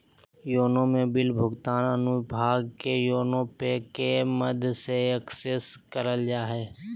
YONO में bill भुगतान अनुभाग के योनो पे के माध्यम से एक्सेस कइल जा हइ